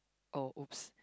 oh oops